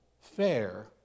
fair